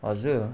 हजुर